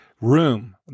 room